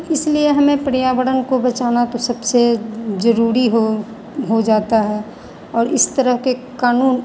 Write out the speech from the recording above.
इसलिए हमें पर्यावरण को बचाना तो सबसे जरूरी हो हो जाता है और इस तरह के कानून